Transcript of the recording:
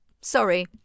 Sorry